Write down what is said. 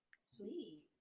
sweet